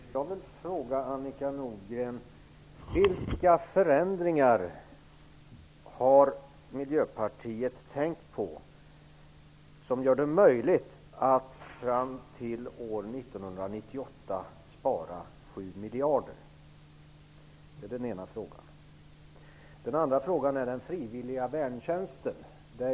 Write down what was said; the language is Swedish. Fru talman! Jag vill fråga Annika Nordgren vilka förändringar Miljöpartiet har tänkt på som gör det möjligt att fram till år 1998 spara 7 miljarder. Det är den ena frågan. Den andra frågan gäller den frivilliga värntjänsten.